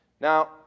now